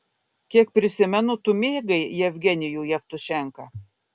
kiek prisimenu tu mėgai jevgenijų jevtušenką